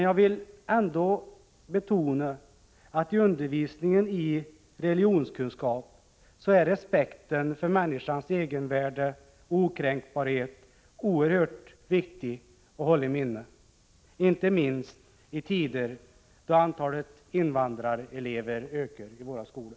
Jag vill ändå betona, att i undervisningen i religionskunskap är respekten för människans egenvärde och okränkbarhet oerhört viktig att hålla i minnet, inte minst i tider då antalet invandrarelever ökar i våra skolor.